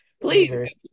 Please